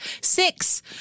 six